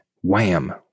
Wham